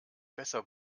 besser